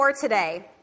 today